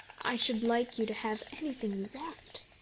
i should like you to have anything you want.